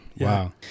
wow